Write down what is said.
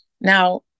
Now